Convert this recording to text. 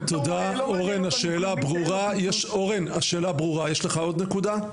תודה אורן, השאלה ברורה, יש לך עוד נקודה?